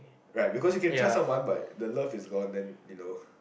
right because you can trust someone but the love is gone then you know